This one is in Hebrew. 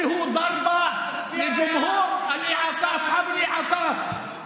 אל תפנו גב לאנשים עם מוגבלויות.